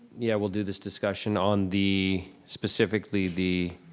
yeah we'll do this discussion on the, specifically the,